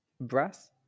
Brass